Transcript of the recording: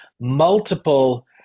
multiple